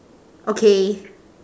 okay